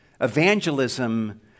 Evangelism